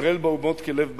וישראל באומות כלב באיברים.